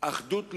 אחדות לאומית.